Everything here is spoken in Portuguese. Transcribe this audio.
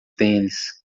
tênis